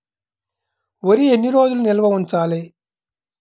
వరి ఎన్ని రోజులు నిల్వ ఉంచాలి?